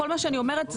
כל מה שאני אומרת,